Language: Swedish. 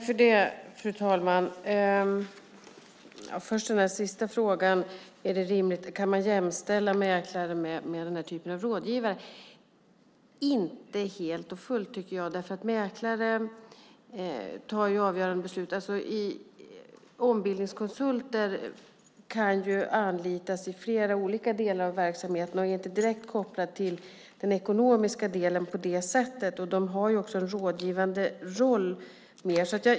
Fru talman! Först den sista frågan: Kan man jämställa mäklare med den här typen av rådgivare? Inte helt och fullt, tycker jag, för mäklare tar avgörande beslut. Ombildningskonsulter kan anlitas i flera olika delar av verksamheten och är inte direkt kopplade till den ekonomiska delen på det sättet. De har också en mer rådgivande roll.